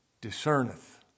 discerneth